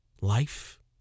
Life